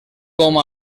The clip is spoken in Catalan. com